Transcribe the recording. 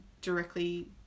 directly